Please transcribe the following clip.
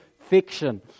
fiction